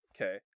okay